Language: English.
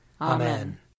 Amen